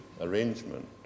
arrangement